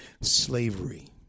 slavery